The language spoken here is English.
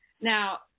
Now